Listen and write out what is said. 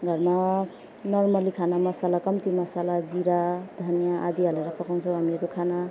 घरमा नर्मली खाना मसला कम्ती मसला जिरा धनियाँ आदि हालेर पकाउँछौँ हामीहरू खाना